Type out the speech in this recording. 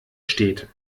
steht